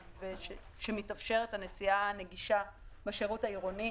שמתאפשרת הנסיעה הנגישה בשירות העירוני.